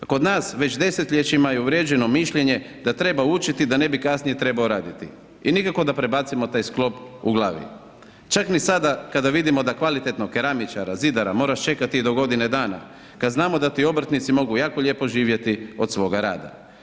Kod nas već desetljećima je uvriježeno mišljenje da treba učiti da ne bi kasnije trebao raditi i nikako da prebacimo taj sklop u glavi, čak ni sada kada vidimo da kvalitetnog keramičara, zidara moraš čekati do godine dana kada znamo da ti obrtnici mogu jako lijepo živjeti od svoga rada.